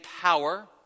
power